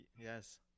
yes